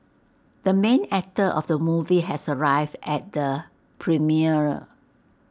the main actor of the movie has arrived at the premiere